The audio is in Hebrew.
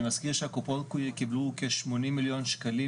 אני מזכיר שהקופות קיבלו כ-80,000,000 שקלים